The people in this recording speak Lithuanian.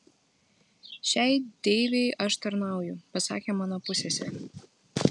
šiai deivei aš tarnauju pasakė mano pusseserė